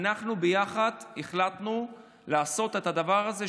אנחנו ביחד החלטנו לעשות את הדבר הזה,